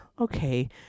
okay